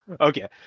Okay